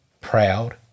proud